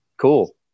Cool